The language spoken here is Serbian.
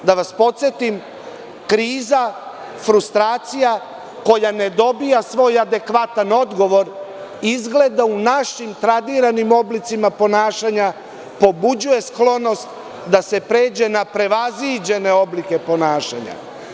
Da vas podsetim, kriza, frustracija koja ne dobija svoj adekvatan odgovor izgleda u našim tradiranim oblicima ponašanja, pobuđuje sklonost da se pređe na prevaziđene oblike ponašanja.